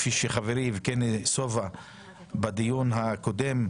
כפי שחברי יבגני סובה נקב בדיון הקודם,